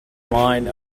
line